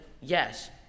yes